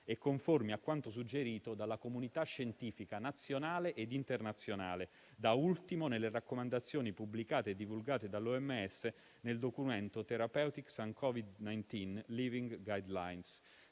e conformi a quanto suggerito dalla comunità scientifica nazionale ed internazionale, da ultimo nelle raccomandazioni pubblicate e divulgate dall'OMS nel documento «*Therapeutics*and **COVID*-*19*: *living guideline».**